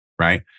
right